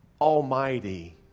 almighty